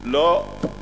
לא.